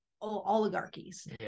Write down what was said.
oligarchies